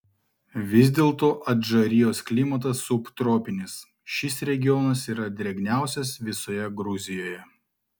vis dėlto adžarijos klimatas subtropinis šis regionas yra drėgniausias visoje gruzijoje